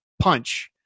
punch